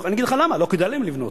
אני אגיד לך למה, לא כדאי להם לבנות.